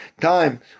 time